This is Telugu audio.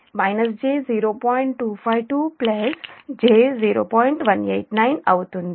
189 అవుతుంది